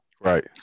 Right